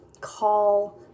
call